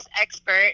expert